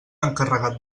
encarregat